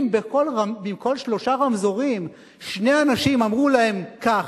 אם בכל שלושה רמזורים שני אנשים אמרו להם כך,